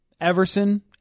Everson